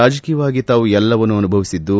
ರಾಜಕೀಯವಾಗಿ ತಾವು ಎಲ್ಲವನ್ನೂ ಅನುಭವಿಸಿದ್ದು